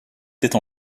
tête